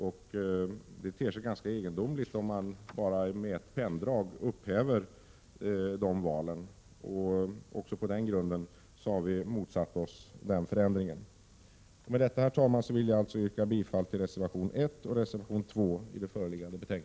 Det skulle te sig ganska egendomligt, om man med ett penndrag bara skulle upphäva dessa mandat. Även mot denna bakgrund motsätter vi oss den föreslagna förändringen. Herr talman! Med det anförda vill jag yrka bifall till reservationerna 1 och 2.